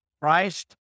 Christ